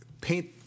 paint